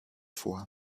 vor